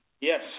Yes